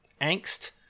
angst